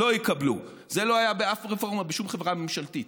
לא יקבלו." זה לא היה באף רפורמה בשום חברה ממשלתית,